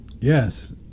Yes